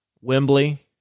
Wembley